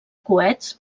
coets